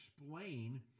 explain